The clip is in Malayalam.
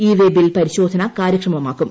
ഇ വെ ബിൽ പരിശോധന കാര്യക്ഷമമാക്കും